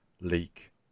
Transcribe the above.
leak